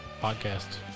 podcast